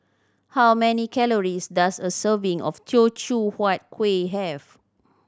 how many calories does a serving of Teochew Huat Kueh have